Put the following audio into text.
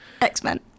X-Men